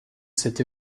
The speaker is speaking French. cette